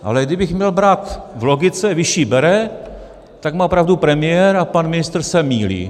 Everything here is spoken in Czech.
Ale kdybych měl brát v logice vyšší bere, tak má pravdu premiér a pan ministr se mýlí.